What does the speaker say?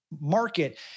Market